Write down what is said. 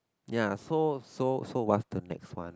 ya so so so what's the next one